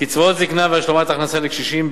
קצבאות זיקנה והשלמת הכנסה לקשישים,